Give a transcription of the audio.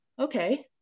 Okay